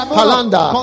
Palanda